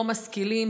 לא משכילים,